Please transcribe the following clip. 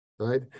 right